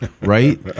right